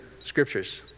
scriptures